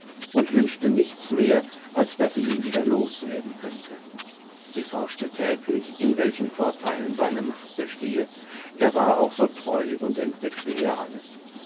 und wünschte nichts mehr als daß sie ihn wieder los werden könnte sie forschte täglich in welchen vortheilen seine macht bestehe er war auch so treu und entdeckte ihr alles